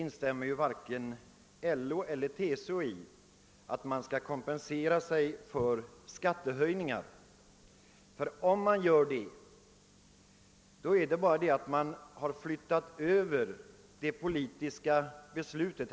I SACO:s resonemang att man skall kompensera sig för skattehöjningar instämmer ju varken LO eller TCO, ty i så fall skulle man ha satt sig över det politiska beslutet.